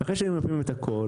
אחרי שממפים את הכל